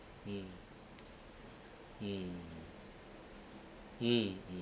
mm mm mm mm